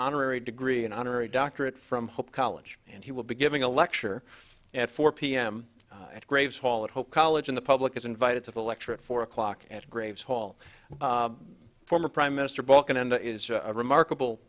honorary degree an honorary doctorate from hope college and he will be giving a lecture at four p m at graves hall at hope college in the public is invited to the lecture at four o'clock at graves hall former prime minister balkan enda is a remarkable